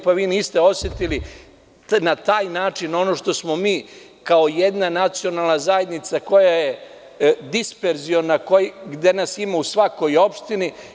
Pa vi niste osetili na taj način ono što smo mi kao jedna nacionalna zajednica koja je disperziona, gde nas ima u svakoj opštini.